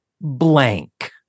blank